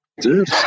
dude